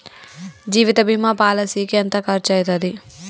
జీవిత బీమా పాలసీకి ఎంత ఖర్చయితది?